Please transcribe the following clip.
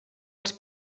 als